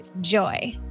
joy